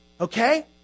Okay